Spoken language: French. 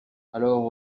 alors